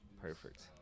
perfect